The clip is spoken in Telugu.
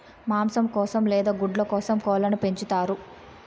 మాంసం కోసం లేదా గుడ్ల కోసం కోళ్ళను పెంచుతారు